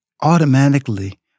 automatically